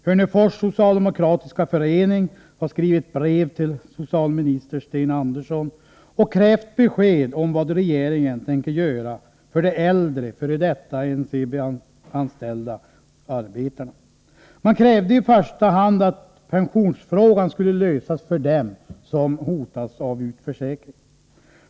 Hörnefors socialdemokratiska förening har skrivit brev till socialminister Sten Andersson och krävt besked om vad regeringen tänker göra för de äldre f.d. NCB-anställda arbetarna. Man krävde i första hand att pensionsfrågan skulle lösas för dem som hotas av utförsäkring.